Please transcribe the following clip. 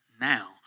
Now